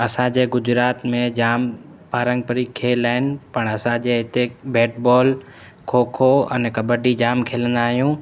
असांजे गुजरात में जाम पारंपरिक खेल आहिनि पाण असांजे हिते बैट बॉल खोखो अने कॿडी जाम खेॾंदा आहियूं